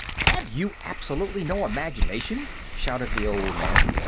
have you absolutely no imagination? shouted the old man.